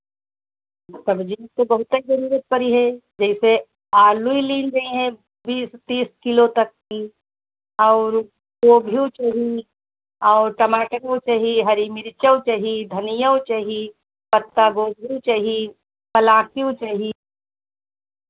सब्ज़ी की तो बहुतै ज़रूरत परिहे जैसे आलू ही लीन जइहैं बीस तीस किलो तक की और वो गोभियो चाही और टमाटरो चाही हरी मिरचौ चाही धनियौ चाही पत्ता गोभी चाही पलाकीयो चाही